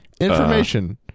Information